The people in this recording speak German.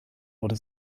wurde